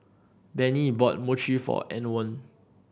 Benny bought Mochi for Antwon